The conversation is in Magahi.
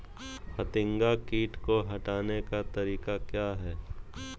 फतिंगा किट को हटाने का तरीका क्या है?